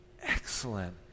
excellent